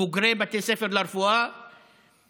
בוגרי בתי ספר לרפואה מוצלחים,